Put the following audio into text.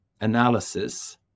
analysis